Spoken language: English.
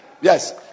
Yes